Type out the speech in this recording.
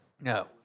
No